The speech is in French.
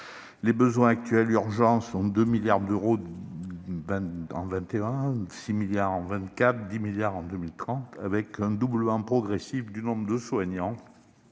Les besoins urgents s'élèvent à 2 milliards d'euros en 2021, 6 milliards en 2024 et 10 milliards en 2030, avec un doublement progressif du nombre de soignants,